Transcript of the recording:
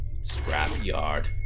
Scrapyard